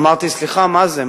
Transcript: אמרתי: סליחה, מה זה?